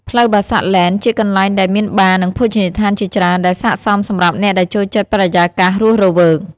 ផ្លូវ Bassac Lane ជាកន្លែងដែលមានបារ និងភោជនីយដ្ឋានជាច្រើន ដែលស័ក្តិសមសម្រាប់អ្នកដែលចូលចិត្តបរិយាកាសរស់រវើក។